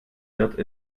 wird